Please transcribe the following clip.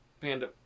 Panda